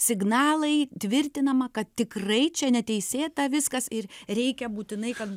signalai tvirtinama kad tikrai čia neteisėta viskas ir reikia būtinai kad